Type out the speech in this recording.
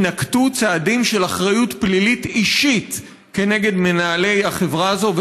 יינקטו צעדים של אחריות פלילית אישית כנגד מנהלי החברה הזו,